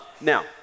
Now